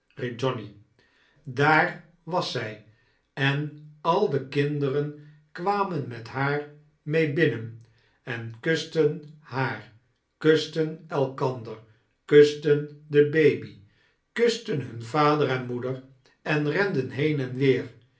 johnny daar was zij en al de kinderen kwamen met haar mee binnen en kusten haar kusten elkander kusten de baby kusten hun vader en moeder en renden heen en weer